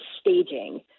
staging